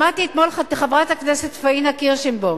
שמעתי אתמול את חברת הכנסת פניה קירשנבאום